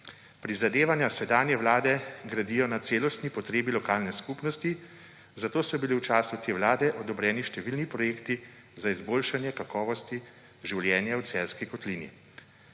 Prizadevanja sedanje vlade gradijo na celotnosti potrebi lokalne skupnosti, zato so bili v času te vlade odobreni številni projekti za izboljšanje kakovosti življenja v Celjski kotlini.